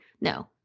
no